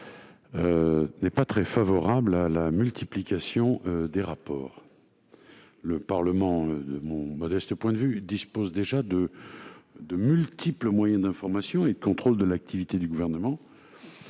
n'est pas très favorable à la multiplication des rapports. Il me semble que le Parlement dispose déjà de multiples moyens d'information et de contrôle de l'activité du Gouvernement.